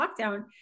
lockdown